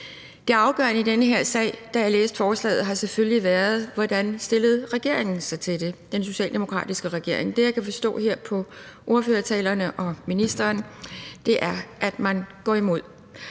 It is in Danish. Det afgørende i den her sag, da jeg læste forslaget, har selvfølgelig været, hvordan regeringen stillede sig til det, den socialdemokratiske regering. Det, jeg kan forstå her på ordførertalerne og ministeren, er, at man går imod.